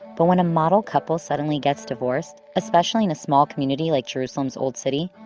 but when a model couple suddenly gets divorced, especially in a small community like jerusalem's old city,